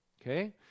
okay